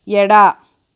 ಎಡ